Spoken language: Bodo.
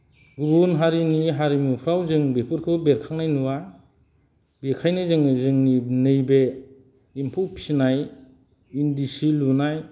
गुबुन हारिनि हारिमुफ्राव जों बेफोरखौ बेरखांनाय नुवा बेखायनो जोङो जोंनि नैबे एम्फौ फिसिनाय इन्दि सि लुनाय